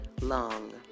long